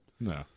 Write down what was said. No